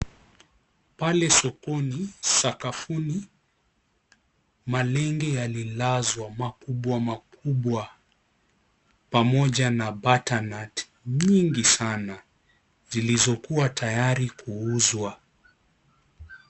Pale sokoni sakafuni, malenge yalilazwa makubwa makubwa pamoja na batter nut nyingi sana zilizokuwa tayari kuuzwa.